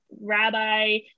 rabbi